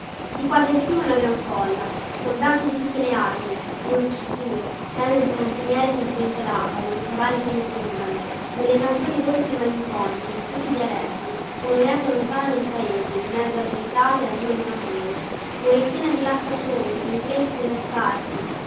di qua del fiume una gran folla soldati di tutte le armi un luccichío tende di cantiniere che sventolavano e cavalli che nitrivano delle canzoni dolci e malinconiche in tutti i dialetti come uneco lontana del paese in mezzo alle risate e al rullo dei tamburi morettina di la stacioni mi rincresse di lasciarti